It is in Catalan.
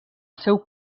seu